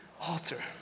altar